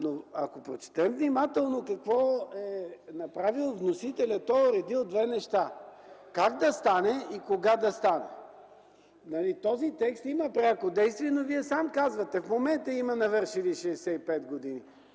Но ако прочетем внимателно какво е направил вносителят, той е уредил две неща: как и кога да стане. Този текст има пряко действие, но Вие сам казвате: в момента има навършени 65 години.